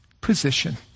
position